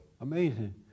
amazing